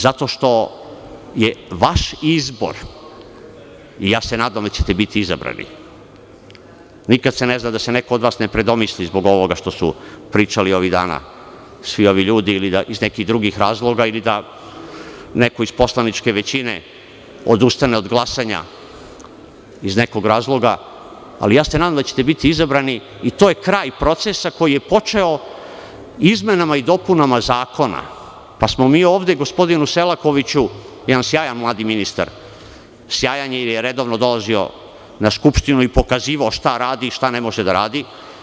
Zato što je vaš izbor i ja se nadam da ćete biti izabrani, nikad se ne zna da se neko od vas ne predomisli zbog ovoga što su pričali ovih dana svi ovi ljudi, ili iz nekih drugih razloga, ili da neko iz poslaničke većine odustane od glasanja iz nekog razloga, ali ja se nadam da ćete biti izabrani i to je kraj procesa koji je počeo izmenama i dopunama zakona, pa smo mi ovde gospodinu Selakoviću, jedan sjajan mladi ministar, sjajan je jer je redovno dolazio na Skupštinu i pokazivao šta radi, šta ne može da radi.